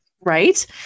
Right